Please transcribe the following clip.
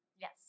Yes